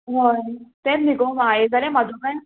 हय तेंच न्ही गो हांयें जाल्यार म्हाजो प्लॅन